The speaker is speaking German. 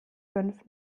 fünf